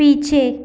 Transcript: पीछे